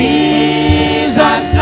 Jesus